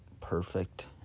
perfect